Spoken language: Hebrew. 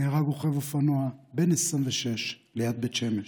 נהרג רוכב אופנוע בן 26 ליד בית שמש.